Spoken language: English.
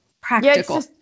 practical